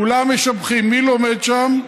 כולם משבחים, מי לומד שם?